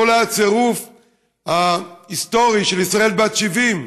זה אולי הצירוף ההיסטורי של ישראל בת 70: